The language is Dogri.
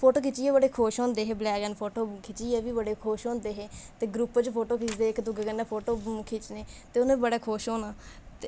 फोटो खिच्चियै बड़े खुश होंदे हे ब्लैक एंड फोटो खिच्चियै बी बड़े खुश होंदे हे ते ग्रुप च फोटो खिच्चदे इक दूए कन्नै खिच्चने ते उ'नें बड़ा खुश होना